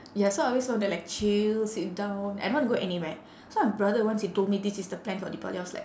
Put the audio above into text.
ya so I always want to like chill sit down I don't wanna go anywhere so my brother once he told me this is the plan for deepavali I was like